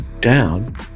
down